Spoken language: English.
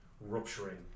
rupturing